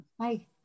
Hi